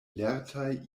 lertaj